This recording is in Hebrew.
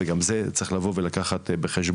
וגם את זה צריך לבוא ולקחת בחשבון.